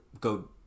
go